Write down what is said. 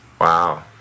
Wow